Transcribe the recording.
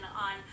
on